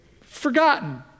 forgotten